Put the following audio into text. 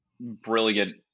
brilliant